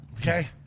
Okay